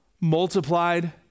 multiplied